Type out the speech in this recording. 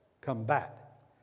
combat